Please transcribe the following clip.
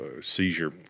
seizure